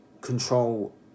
control